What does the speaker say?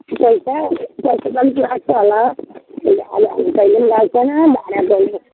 पैसा पैसा चाहिँ अलिक लाग्छ होला अन्त अलिक हामी त कहिले गएको छैन भाडा